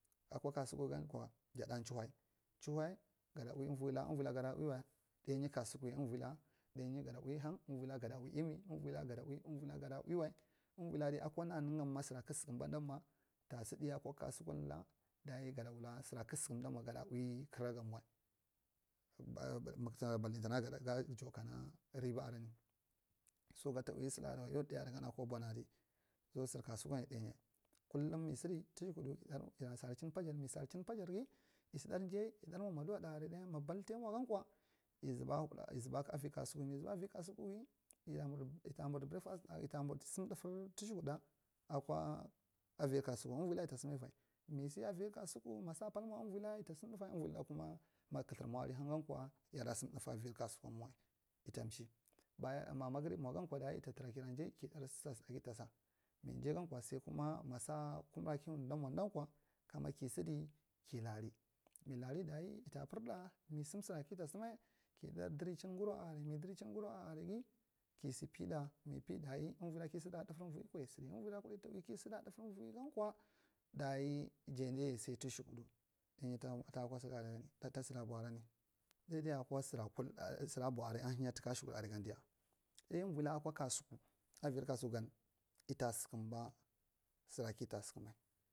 Kasuku gankwa ja chul khidul umvoila gaja ui unvoila ga ul wai da nya kasukuyai umvo la ga ui hang umvoila gada ui wal. Univoila akwa naming nga ma sdra kdk sukumbadama ta sd ɗa kwa kusukumsa dah gada wula sera kdk sukum danma gad ui kɗrak mawal balintama gada kdra jau kans raba aran ya ɗa araigan akwa bwani adi so ser kasukunya danya ya kumlum mi sidi tishakude wa sarechin pajar gi mi serelin peyar gi sa darje yi ɗar muva maduwa ɗa aria ɗai ma ɓaltai mung gakwa yi zuba zuba avi kasu zuba yi kasugi yira murdi break fast yi ta sdm ɗafir tu sukuɗɗa akwa avir kasukun uvi la yit sdm aivi mi sd avi kasu ku ma sa pal mung uvila yita sdm safe uvile kum ma lthar mure hang gakwa yida sdm ɗafe avi kasukum mawal yita nchi baya ma magnb mung gakwa diya yida tura kirase ke ɗar sa sd kita sa mi jagan kwa sal kuma ma sa kuma ra ku nu dan kwa kama la sddi ki lare mi car say yafa mi sdm sdra kita sdm ki dai dirichin guwwa, mi dirchi guruwa a araigi ki se piɗa mi pa daya wal ra kisddi akwa ɗfir uvole kwa yi sdd, uvoi ra kuɗa ya ui kisedi akwa afir voi e gan kwa daye jading ya sa tushukuɗu ara gan diya ɗai umvola aku kasukur avir kasunugan ita sukumba sera kita sukumd.